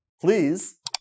please